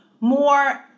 more